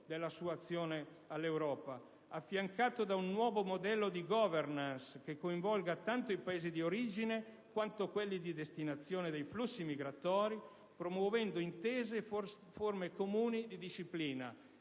della sua azione all'Europa - «affiancato da un nuovo modello di *governance*, che coinvolga tanto i Paesi d'origine, quanto quelli di destinazione dei flussi migratori, promuovendo intese e forme comuni di disciplina».